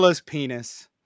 penis